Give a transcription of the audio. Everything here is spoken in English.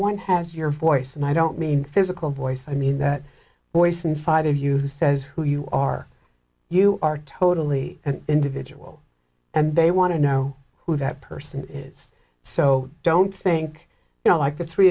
one has your voice and i don't mean physical voice i mean that voice inside of you who says who you are you are totally an individual and they want to know who that person is so i don't think you know like the three